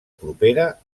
propera